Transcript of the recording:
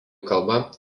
kalba